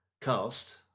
cast